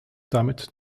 damit